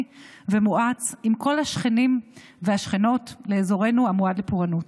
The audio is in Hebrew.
ומואץ עם כל השכנים והשכנות באזורנו המועד לפורענות.